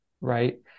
right